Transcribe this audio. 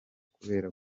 kubera